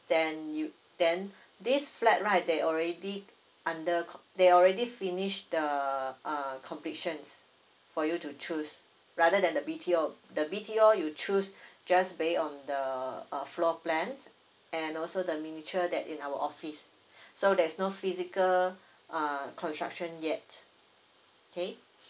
then you then this flat right they already under co~ they already finish the uh completion for you to choose rather than the B_T_O the B_T_O you choose just base on the uh floor plan and also the miniature that in our office so there's no physical uh construction yet K